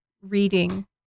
reading